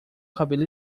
cabelo